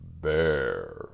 bear